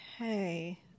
Okay